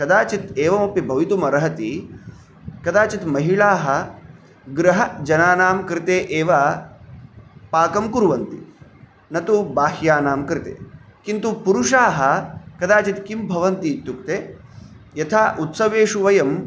कदाचित् एवमपि भवितुमर्हति कदाचित् महिलाः गृहजनानां कृते एव पाकं कुर्वन्ति न तु बाह्यानां कृते किन्तु पुरुषाः कदाचित् किं भवन्ति इत्युक्ते यथा उत्सवेषु वयम्